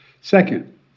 Second